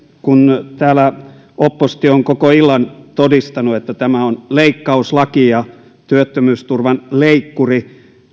kun täällä oppositio on koko illan todistanut että tämä on leikkauslaki ja työttömyysturvan leikkuri